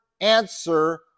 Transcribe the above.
answer